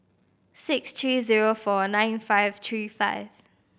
six three zero four nine five three five